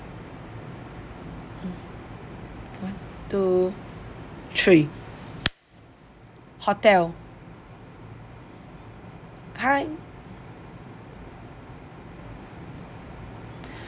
one two three hotel hi